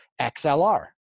XLR